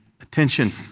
attention